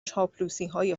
چاپلوسیهای